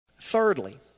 Thirdly